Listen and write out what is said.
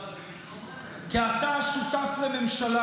כי אתה שותף לממשלה,